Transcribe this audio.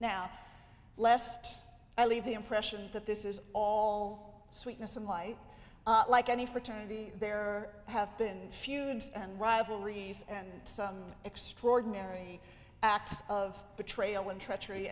now lest i leave the impression that this is all sweetness and light like any fraternity there have been feuds and rivalries and some extraordinary acts of betrayal when trea